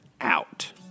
out